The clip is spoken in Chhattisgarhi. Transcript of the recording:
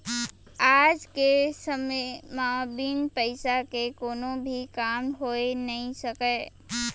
आज के समे म बिन पइसा के कोनो भी काम होइ नइ सकय